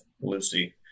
Lucy